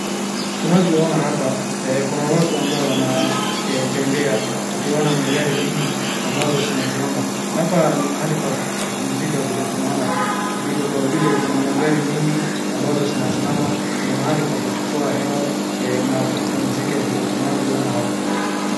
Tunavyoona hapa kuna watu ambao wanatembea tukiona magari mengi ambazo zinasimama, hapa ni mahali pa kupumzika vile tunaona kwa vile kuna magari mengi ambazo zinasimama, ni mahali pa kuchukua hewa na kupumzika vile tunavyoona hapa.